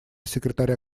секретаря